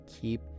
keep